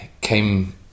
came